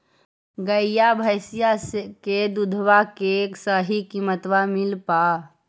गईया भैसिया के दूधबा के सही किमतबा मिल पा?